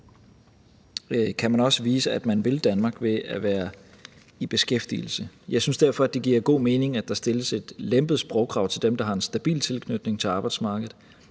kan man også vise, at man vil Danmark ved at være i beskæftigelse. Jeg synes derfor, det giver god mening, at der stilles et lempet sprogkrav til dem, der har en stabil tilknytning til arbejdsmarkedet.